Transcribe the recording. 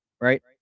right